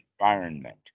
environment